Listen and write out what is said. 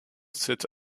sits